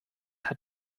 hat